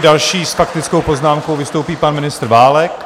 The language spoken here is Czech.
Další s faktickou poznámkou vystoupí pan ministr Válek.